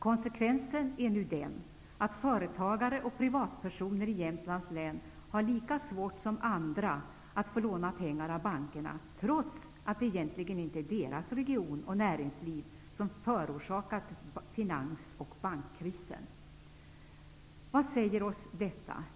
Konsekvensen har nu blivit att företagare och privatpersoner i Jämtlands län har lika svårt som andra att få låna pengar av bankerna, trots att det egentligen inte är deras region och näringsliv som har förorsakat finans och bankkrisen. Vad säger oss detta?